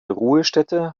ruhestätte